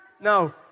no